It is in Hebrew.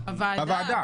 בוועדה.